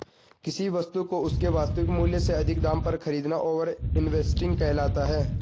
किसी वस्तु को उसके वास्तविक मूल्य से अधिक दाम पर खरीदना ओवर इन्वेस्टिंग कहलाता है